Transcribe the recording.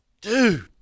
dude